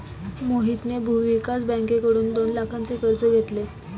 मोहितने भूविकास बँकेकडून दोन लाखांचे कर्ज घेतले